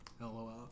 lol